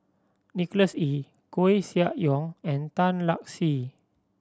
Nicholas Ee Koeh Sia Yong and Tan Lark Sye